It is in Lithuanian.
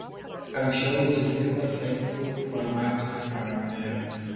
anksčiau jis dirbo chemiku farmacijos pramonėje